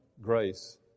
grace